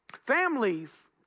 Families